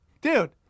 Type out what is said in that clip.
dude